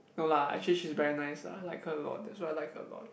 no lah actually she very nice lah I like her a lot that's why I like her a lot